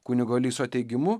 kunigo liso teigimu